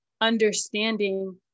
understanding